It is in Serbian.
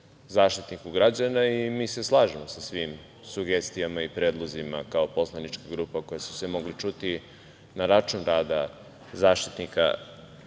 Zaštitniku građana i mi se slažemo sa svim sugestijama i predlozima, kao poslanička grupa, a koji su se mogli čuti na račun rada Zaštitnika